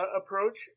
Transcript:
approach